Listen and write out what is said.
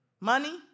Money